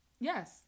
Yes